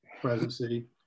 presidency